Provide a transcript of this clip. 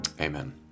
Amen